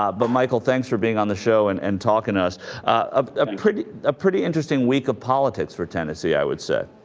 um but michael thanks for being on the show and and talking to us of ah pretty a pretty interesting week of politics for tennessee i would say